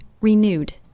renewed